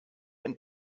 and